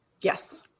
Yes